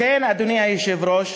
לכן, אדוני היושב-ראש,